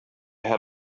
had